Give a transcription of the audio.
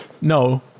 No